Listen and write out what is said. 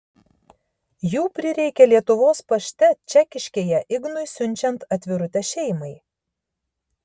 jų prireikė lietuvos pašte čekiškėje ignui siunčiant atvirutę šeimai